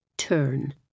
turn